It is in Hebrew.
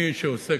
מי שעוסק,